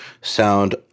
sound